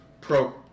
pro